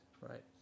right